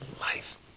life